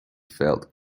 felt